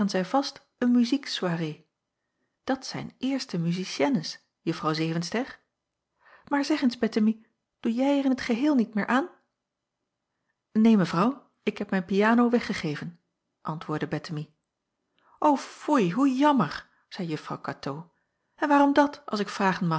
een muziek soirée dat zijn eerste musiciennes juffrouw zevenster maar zeg eens bettemie doe jij er in t geheel niet meer aan neen mevrouw ik heb mijn piano weggegeven antwoordde bettemie o foei hoe jammer zeî juftrouw katoo en waarom dat als ik vragen mag